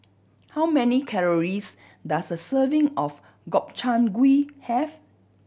how many calories does a serving of Gobchang Gui have